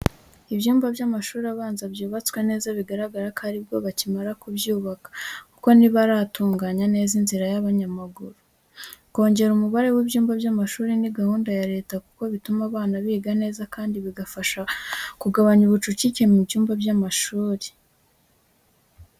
Ibyumba by'amashuri abanza byubatswe neza, bigaragara ko ari bwo bakimara kubyubaka kuko ntibaratunganya neza inzira y'abanyamaguru. Kongera umubare w'ibyumba by'amashuri ni gahunda ya leta kuko bituma abana biga neza kandi bigafasha kugabanya ubucucike mu byumba by’amashuri.